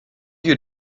you